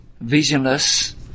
visionless